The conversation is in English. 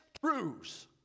truths